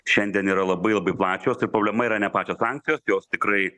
šiandien yra labai labai plačios tai problema yra ne pačios sankcijos jos tikrai